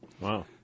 Wow